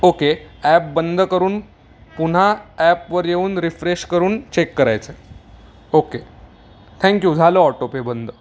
okay app बंद करून पुन्हा ॲपवर येऊन रिफ्रेश करून चेक करायचं ओके थँक्यू झालं ऑटोपे बंद